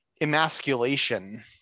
emasculation